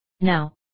Now